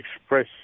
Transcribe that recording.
express